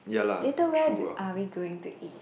later where are we going to eat